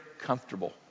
comfortable